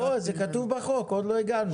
כן, בוא, זה כתוב בחוק אבל עוד לא הגענו.